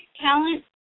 talent